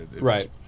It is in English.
right